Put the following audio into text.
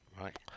right